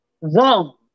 wrong